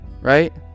right